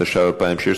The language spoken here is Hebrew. התשע"ו 2016,